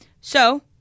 So-